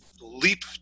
leap